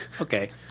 Okay